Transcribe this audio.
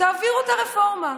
תעבירו את הרפורמה.